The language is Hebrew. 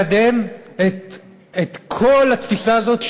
מקדם את כל התפיסה הזאת,